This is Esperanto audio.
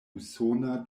usona